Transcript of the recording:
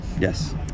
Yes